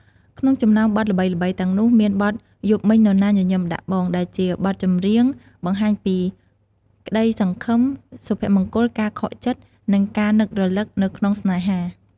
ក្នុងចំណោមបទល្បីៗទាំងនោះ មានបទ យប់មិញនរណាញញឹមដាក់បង ដែលជាបទចម្រៀងបង្ហាញពីក្តីសង្ឃឹម សុភមង្គល ការខកចិត្ត និងការនឹករលឹកនៅក្នុងស្នេហា។